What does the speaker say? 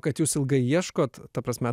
kad jūs ilgai ieškot ta prasme